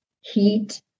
heat